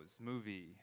movie